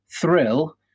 thrill